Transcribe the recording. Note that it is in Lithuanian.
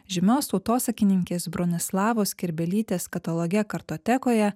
žymios tautosakininkės bronislavos kerbelytės kataloge kartotekoje